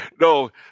No